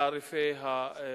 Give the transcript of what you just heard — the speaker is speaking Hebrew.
תעריפי החשמל.